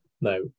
no